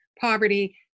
poverty